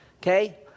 okay